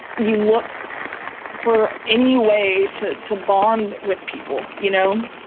you look for any way to to bond with people, you know,